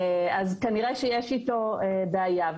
אז כנראה יש אתו בעיה.